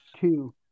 two